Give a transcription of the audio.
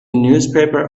newspaper